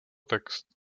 text